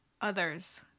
others